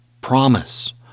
promise